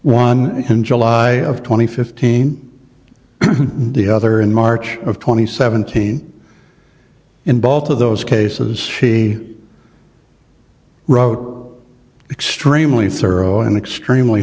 one in july of twenty fifteen and the other in march of twenty seventeen in both of those cases he wrote extremely thorough and extremely